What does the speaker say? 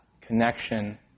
connection